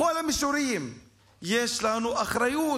בכל המישורים יש לנו אחריות.